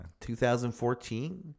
2014